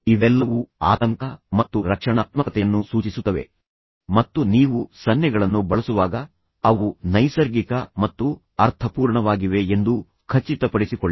ಇವೆಲ್ಲವೂ ಆತಂಕ ಮತ್ತು ರಕ್ಷಣಾತ್ಮಕತೆಯನ್ನು ಸೂಚಿಸುತ್ತವೆ ಮತ್ತು ನೀವು ಸನ್ನೆಗಳನ್ನು ಬಳಸುವಾಗ ಅವು ನೈಸರ್ಗಿಕ ಮತ್ತು ಅರ್ಥಪೂರ್ಣವಾಗಿವೆ ಎಂದು ಖಚಿತಪಡಿಸಿಕೊಳ್ಳಿ